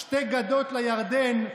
"שתי גדות לירדן,